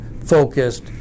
focused